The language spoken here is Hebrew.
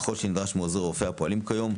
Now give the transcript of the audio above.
ככל שנדרש מעוזרי רופא הפועלים כיום,